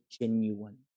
genuine